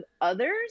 others